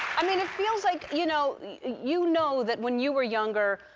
i mean it feels like, you know you know that when you were younger,